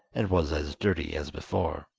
and was as dirty as before.